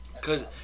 Cause